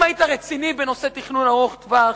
אם היית רציני בנושא תכנון ארוך-טווח,